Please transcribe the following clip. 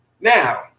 Now